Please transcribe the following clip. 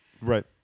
Right